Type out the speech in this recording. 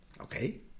Okay